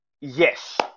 yes